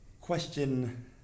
Question